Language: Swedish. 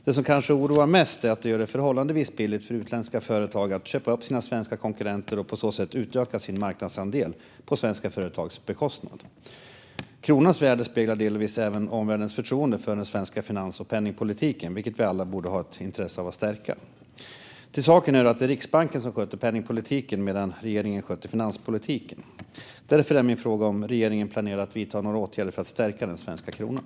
Det som kanske oroar mest är att det blir förhållandevis billigt för utländska företag att köpa upp sina svenska konkurrenter och på så sätt utöka sin marknadsandel på svenska företags bekostnad. Kronans värde speglar delvis även omvärldens förtroende för den svenska finans och penningpolitiken, vilket vi alla borde ha ett intresse av att stärka. Till saken hör att det är Riksbanken som sköter penningpolitiken medan regeringen sköter finanspolitiken. Därför är min fråga: Planerar regeringen att vidta några åtgärder för att stärka den svenska kronan?